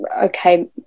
okay